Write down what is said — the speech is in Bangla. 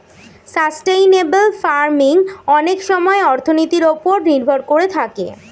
সাস্টেইনেবল ফার্মিং অনেক সময়ে অর্থনীতির ওপর নির্ভর করে থাকে